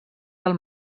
del